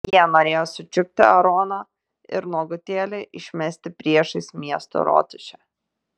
jie norėjo sučiupti aaroną ir nuogutėlį išmesti priešais miesto rotušę